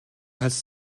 хальс